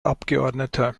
abgeordneter